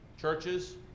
churches